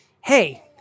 hey